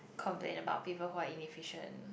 complain about people who are inefficient